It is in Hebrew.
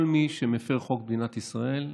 כל מי שמפר חוק במדינת ישראל,